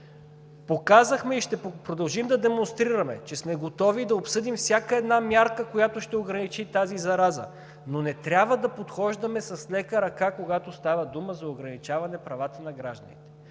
Показахме и ще продължим да демонстрираме, че сме готови да обсъдим всяка една мярка, която ще ограничи тази зараза, но не трябва да подхождаме с лека ръка, когато става дума за ограничаване правата на гражданите.